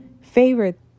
favorite